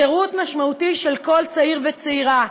שירות משמעותי של כל צעיר וצעירה,